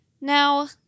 Now